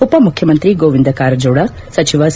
ಉಪಮುಖ್ಯಮಂತ್ರಿ ಗೋವಿಂದ ಕಾರಜೋಳ ಸಚಿವ ಸಿ